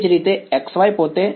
વિદ્યાર્થી એ જ રીતે x y પોતે